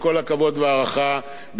במדינת ישראל אין משבר.